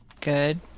Good